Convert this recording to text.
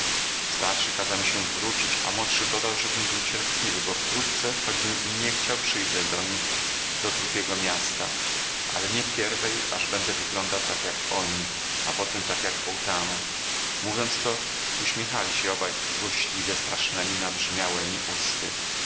starszy kazał mi się wrócić a młodszy dodał żebym był cierpliwy bo wkrótce choćbym i nie chciał przyjdę do nich do trupiego miasta ale nie pierwej aż będę wyglądał tak jak oni a potem tak jak otamor mówiąc to uśmiechali się obaj złośliwie strasznemi nabrzmiałemi usty